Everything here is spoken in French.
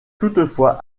toutefois